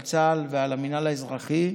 על צה"ל ועל המינהל האזרחי,